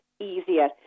easier